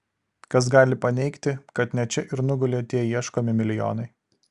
kas gali paneigti kad ne čia ir nugulė tie ieškomi milijonai